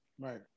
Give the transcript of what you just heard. right